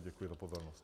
Děkuji za pozornost.